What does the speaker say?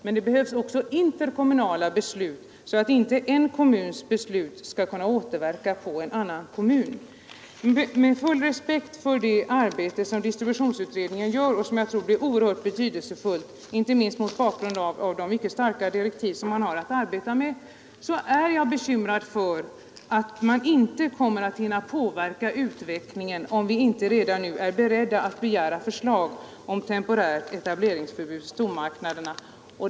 Men det behövs också interkommunala beslut, så att inte en kommuns beslut skall kunna återverka på en annan kommun. Med full respekt för det arbete som distributionsutredningen gör och som jag tror blir oerhört betydelsefullt, inte minst mot bakgrunden av de mycket starka direktiv som man har att arbeta med, är jag bekymrad för att man inte kommer att hinna påverka utvecklingen om vi inte redan nu är beredda att begära förslag om temporärt etableringsförbud för stormarknaderna.